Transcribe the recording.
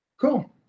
cool